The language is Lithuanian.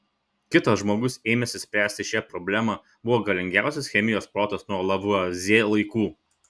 kitas žmogus ėmęsis spręsti šią problemą buvo galingiausias chemijos protas nuo lavuazjė laikų